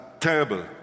Terrible